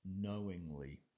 knowingly